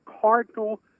cardinal